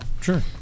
Sure